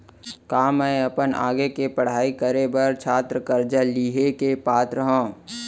का मै अपन आगे के पढ़ाई बर छात्र कर्जा लिहे के पात्र हव?